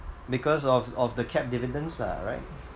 because of of the capped dividends lah right